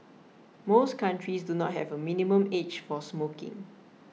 most countries do not have a minimum age for smoking